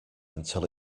until